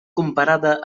comparada